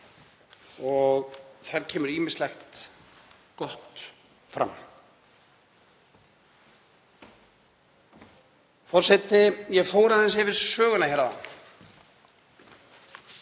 og þar kemur ýmislegt gott fram. Forseti. Ég fór aðeins yfir söguna og